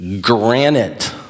Granite